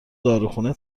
داروخونه